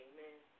Amen